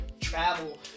travel